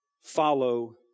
follow